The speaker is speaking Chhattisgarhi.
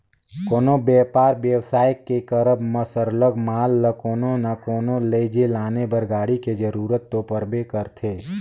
कोनो बयपार बेवसाय के करब म सरलग माल ल कोनो ना कोनो लइजे लाने बर गाड़ी के जरूरत तो परबे करथे